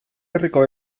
herriko